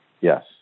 Yes